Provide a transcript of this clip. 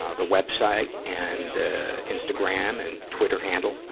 ah the web site and the instagram and twitter handle, ah,